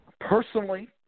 Personally